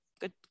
good